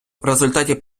результаті